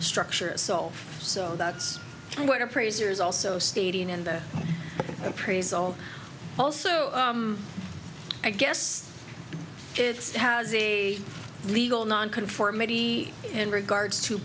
structure itself so that's what appraiser is also stating in the appraisal also i guess it's has a legal nonconformity in regards to